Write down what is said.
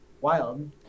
wild